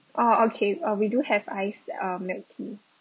oh okay uh we do have ice uh milk tea